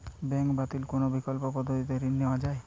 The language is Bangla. ব্যাঙ্ক ব্যতিত কোন বিকল্প পদ্ধতিতে ঋণ নেওয়া যায়?